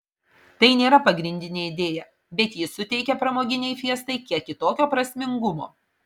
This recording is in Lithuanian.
tai nėra pagrindinė idėja bet ji suteikia pramoginei fiestai kiek kitokio prasmingumo